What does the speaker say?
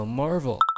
marvel